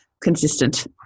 consistent